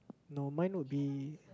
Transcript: no mine would be